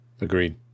Agreed